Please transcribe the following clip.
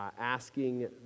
asking